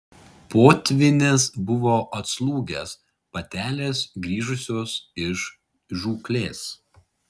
potvynis buvo atslūgęs patelės grįžusios iš žūklės